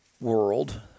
world